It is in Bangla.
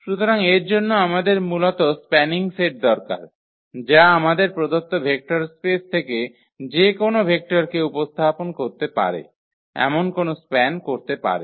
সুতরাং এর জন্য আমাদের মূলত স্প্যানিং সেট দরকার যা আমাদের প্রদত্ত ভেক্টর স্পেস থেকে যে কোনও ভেক্টরকে উপস্থাপন করতে পারে এমন কোনও স্প্যান করতে পারে